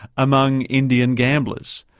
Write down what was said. among indian gamblers.